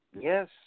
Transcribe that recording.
Yes